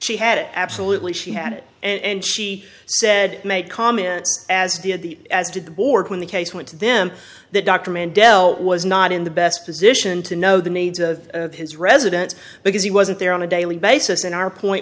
she had it absolutely she had it and she said made comments as did the as did the board when the case went to them the doctor mendell was not in the best position to know the names of his residents because he wasn't there on a daily basis in our point